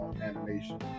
animation